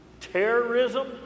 terrorism